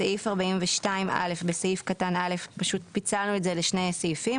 בסעיף 42(א)(א) פשוט פיצלנו את זה לשני סעיפים,